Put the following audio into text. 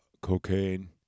cocaine